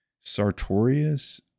sartorius